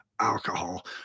alcohol